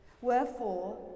Wherefore